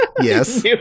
Yes